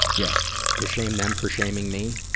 yeah to shame them for shaming me,